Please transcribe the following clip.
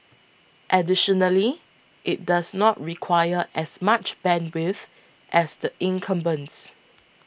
additionally it does not require as much bandwidth as the incumbents